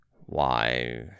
Why